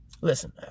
Listen